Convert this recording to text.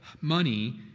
money